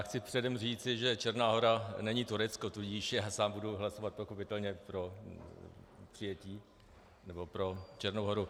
Chci předem říci, že Černá Hora není Turecko, tudíž já sám budu hlasovat pochopitelně pro přijetí, nebo pro Černou Horu.